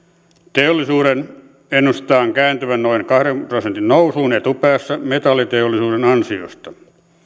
teollisuuden ennustetaan kääntyvän noin kahden prosentin nousuun etupäässä metalliteollisuuden ansiosta